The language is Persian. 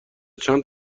چند